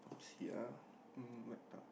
see ah um wiped out